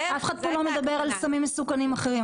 אף אחד כאן לא מדבר על סמים מסוכנים אחרים.